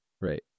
Right